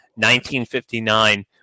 1959